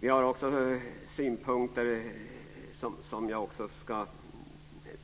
Vi har fler synpunkter, som jag ska